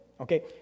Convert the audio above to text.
Okay